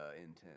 intense